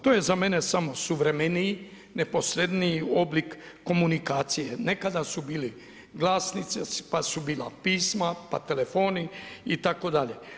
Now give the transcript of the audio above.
To je za mene samo suvremeniji, neposredniji oblik komunikacije, nekada su bili glasnici, pa su bila pisma, pa telefoni itd.